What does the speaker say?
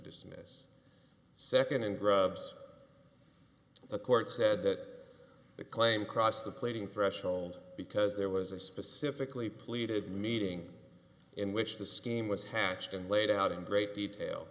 dismiss second and grubs the court said that the claim crossed the pleading threshold because there was a specifically pleaded meeting in which the scheme was hatched and laid out in great detail